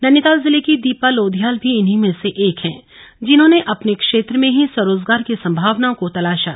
नैनीताल जिले की दीपा लोधियाल भी इन्हीं में से एक हैं जिन्होंने अपने क्षेत्र में ही स्वरोजगार की संभावनाओं को तलाशा